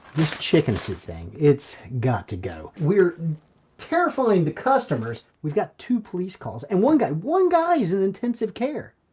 this chicken suit thing, it's got to go. we're terrifying the customers, we've got two police calls and one guy one guy is in intensive care.